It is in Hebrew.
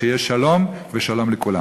שיהיה שלום ושלום לכולם.